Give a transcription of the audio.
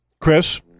Chris